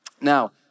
Now